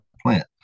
plant